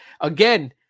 again